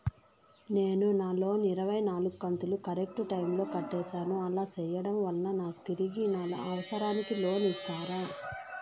నేను నా లోను ఇరవై నాలుగు కంతులు కరెక్టు టైము లో కట్టేసాను, అలా సేయడం వలన నాకు తిరిగి నా అవసరానికి లోను ఇస్తారా?